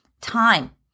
time